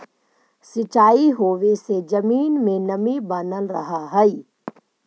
सिंचाई होवे से जमीन में नमी बनल रहऽ हइ